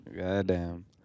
Goddamn